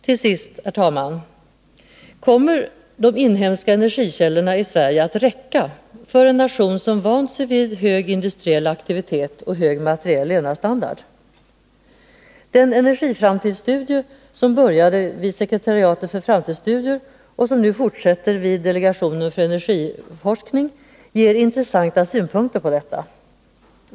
Till sist, herr talman! Kommer de inhemska energikällorna i Sverige att räcka för en nation som vant sig vid hög industriell aktivitet och hög materiell levnadsstandard? Den energiframtidsstudie som började vid sekretariatet för framtidsstudier och som nu fortsätter vid delegationen för energiforskning ger intressanta synpunkter på detta.